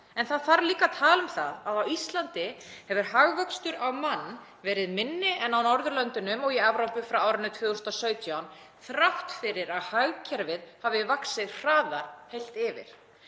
en það þarf líka að tala um það að á Íslandi hefur hagvöxtur á mann verið minni en á Norðurlöndunum og í Evrópu frá árinu 2017 þrátt fyrir að hagkerfið hafi vaxið hraðar heilt yfir.